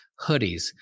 hoodies